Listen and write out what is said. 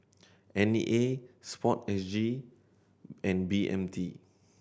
N E A Sport S G and B M T